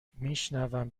میشونم